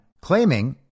claiming